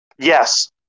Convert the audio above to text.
Yes